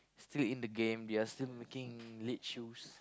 still in the game they are still making lead shoes